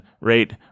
rate